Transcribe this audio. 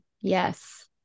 Yes